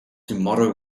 tomorrow